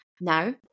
now